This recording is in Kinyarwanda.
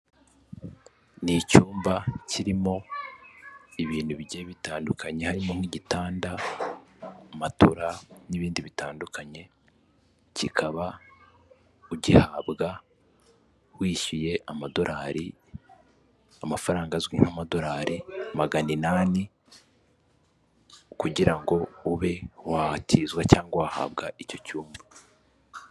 Ni icyumba kirimo ibintu bijye bitandukanye; harimo nk'igitanda, matora n'ibindi bitandukanye, kikaba ugihabwa wishyuye amadolari, amafaranga azwi nk'amadolari magana inani, kugira ngo ube watizwa cyangwa wahabwa icyo cyumba.